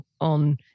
on